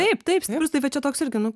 taip taip stiprus tai va čia toks irgi nu